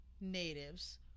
natives